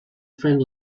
friend